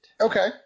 okay